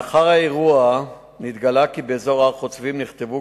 לאחר האירוע נתגלה כי באזור הר-חוצבים נכתבו